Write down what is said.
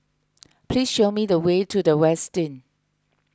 please show me the way to the Westin